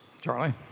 Charlie